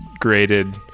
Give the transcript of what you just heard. graded